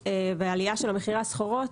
העולמית והעלייה של מחירי הסחורות,